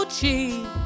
cheap